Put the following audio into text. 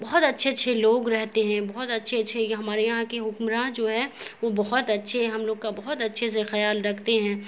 بہت اچھے اچھے لوگ رہتے ہیں بہت اچھے اچھے یہ ہمارے یہاں کے حکمراں جو ہے وہ بہت اچھے ہیں ہم لوگ کا بہت اچھے سے خیال رکھتے ہیں